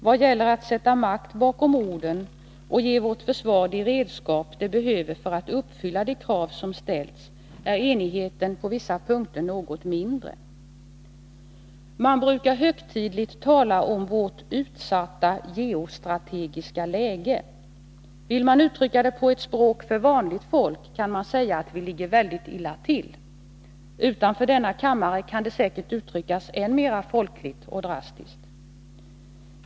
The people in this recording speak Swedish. När det gäller att sätta makt bakom orden och ge vårt försvar de redskap det behöver för att uppfylla de krav som ställts är enigheten på vissa punkter något mindre. Man brukar högtidligt tala om vårt utsatta geostrategiska läge. Vill man uttrycka det på ett språk för vanligt folk, kan man säga att vi ligger väldigt illa till. Utanför denna kammare kan det säkert uttryckas än mera folkligt och drastiskt.